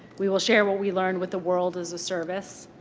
we will share what we learned with the world as a service.